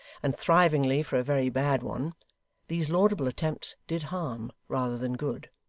and thrivingly for a very bad one these laudable attempts did harm rather than good.